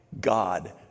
God